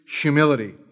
humility